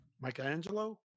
Michelangelo